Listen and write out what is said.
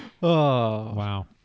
Wow